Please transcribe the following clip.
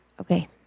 Okay